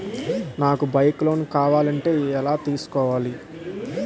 నాకు bike loan కావాలంటే ఎలా తీసుకోవాలి?